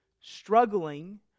struggling